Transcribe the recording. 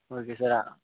okay sir